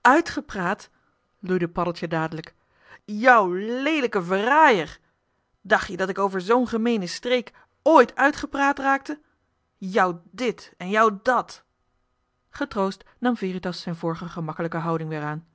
uitgepraat loeide paddeltje dadelijk jou léééélijke verrajer dacht je dat ik over zoo'n gemeene streek ooit uitgepraat raakte jou dit en jou dat getroost nam veritas zijn vorige gemakkelijke houding weer aan